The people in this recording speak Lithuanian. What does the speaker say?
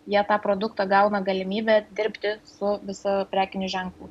jie tą produktą gauna galimybę dirbti su visu prekiniu ženklu